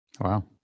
Wow